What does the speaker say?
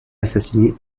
assassiné